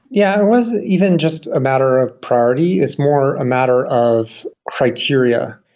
yeah, it wasn't even just a matter of priority. it's more a matter of criteria.